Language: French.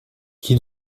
qui